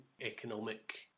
economic